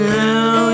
now